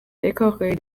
décoré